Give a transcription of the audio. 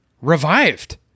revived